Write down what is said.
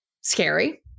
scary